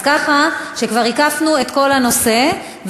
אז ככה שכבר הקפנו את כל הנושא,